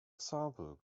example